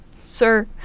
Sir